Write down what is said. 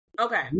Okay